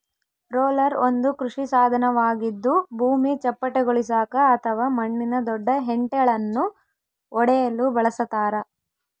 roller ಒಂದು ಕೃಷಿ ಸಾಧನವಾಗಿದ್ದು ಭೂಮಿ ಚಪ್ಪಟೆಗೊಳಿಸಾಕ ಅಥವಾ ಮಣ್ಣಿನ ದೊಡ್ಡ ಹೆಂಟೆಳನ್ನು ಒಡೆಯಲು ಬಳಸತಾರ